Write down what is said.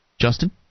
Justin